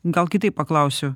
gal kitaip paklausiu